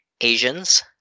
Asians